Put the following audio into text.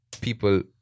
People